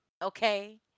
Okay